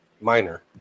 minor